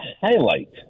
highlight